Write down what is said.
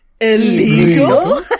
illegal